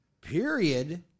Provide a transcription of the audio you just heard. period